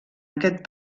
aquest